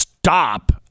stop